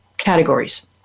categories